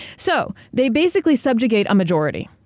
so, they basically subjugate a majority.